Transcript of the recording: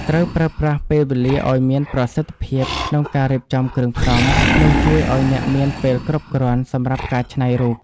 ត្រូវប្រើប្រាស់ពេលវេលាឱ្យមានប្រសិទ្ធភាពក្នុងការរៀបចំគ្រឿងផ្សំ នឹងជួយឱ្យអ្នកមានពេលគ្រប់គ្រាន់សម្រាប់ការច្នៃរូប។